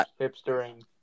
hipstering